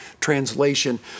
translation